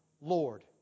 Lord